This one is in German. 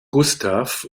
gustav